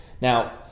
Now